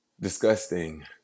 disgusting